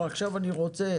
המחויבים.